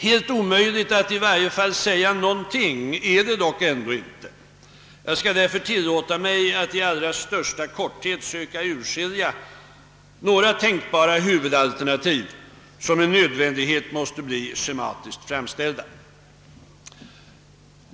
Helt omöjligt att säga åtminstone någonting är det dock inte, och jag skall därför tilllåta mig att i allra största korthet söka urskilja några tänkbara huvudalternativ, som med nödvändighet måste bli schematiskt framställda.